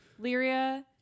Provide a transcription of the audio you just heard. Lyria